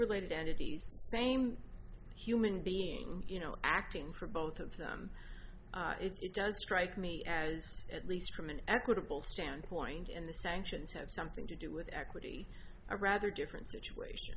related entities same human being you know acting from both of them it does strike me as at least from an equitable standpoint and the sanctions have something to do with equity a rather different situation